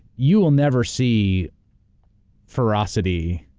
you will never see ferocity,